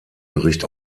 bericht